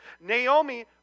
Naomi